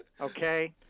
Okay